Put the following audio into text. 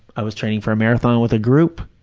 i was training for a marathon with a group,